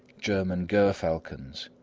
german gerfalcons,